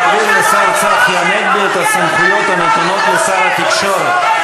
להעביר לשר צחי הנגבי את הסמכויות הנתונות לשר התקשורת.